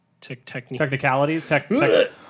technicality